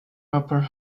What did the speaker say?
upper